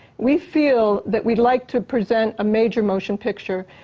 we feel that we'd like to present a major motion picture.